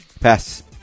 Pass